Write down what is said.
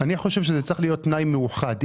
חושב שזה צריך להיות תנאי מאוחד.